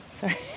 Sorry